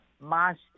master